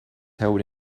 held